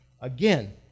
Again